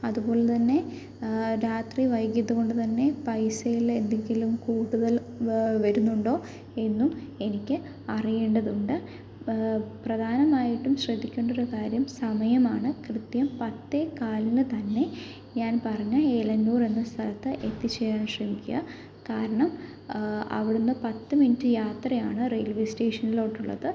അതുപോലെ തന്നെ രാത്രി വൈകിയത് കൊണ്ട് തന്നെ പൈസയിൽ എന്തെങ്കിലും കൂടുതൽ വരുന്നുണ്ടോ എന്നും എനിക്ക് അറിയേണ്ടതുണ്ട് പ്രധാനമായിട്ടും ശ്രദ്ധിക്കേണ്ടൊരു കാര്യം സമയമാണ് കൃത്യം പത്ത് കാലിന് തന്നെ ഞാൻ പറഞ്ഞ ഏലന്നൂർ എന്ന സ്ഥലത്ത് എത്തിച്ചേരാൻ ശ്രമിക്കുക കാരണം അവിടുന്ന് പത്ത് മിനിറ്റ് യാത്രയാണ് റെയിൽ വേ സ്റ്റേഷനിലോട്ടുള്ളത്